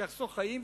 שיחסוך חיים,